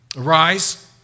Arise